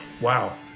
Wow